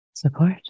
Support